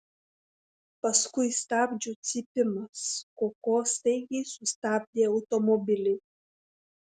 paskui stabdžių cypimas koko staigiai sustabdė automobilį